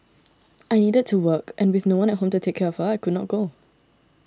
I needed to work and with no one at home to take care of her I could not go